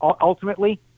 ultimately